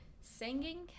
singing